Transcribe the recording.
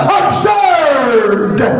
observed